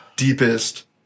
deepest